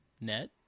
Net